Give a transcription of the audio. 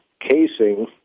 casing